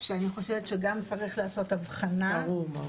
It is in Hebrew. שאני חושבת שצריך לעשות הבחנה -- ברור.